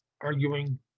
arguing